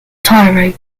tiring